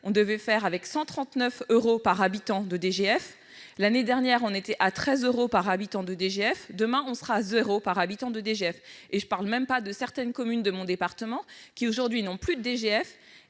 on devait faire avec 139 euros par habitant de DGF ; l'année dernière, on était à 13 euros par habitant de DGF ; demain, on sera à 0 euro par habitant de DGF. Et je ne parle même pas de certaines communes de mon département qui, aujourd'hui, ne perçoivent plus de DGF,